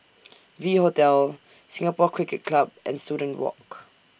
V Hotel Singapore Cricket Club and Student Walk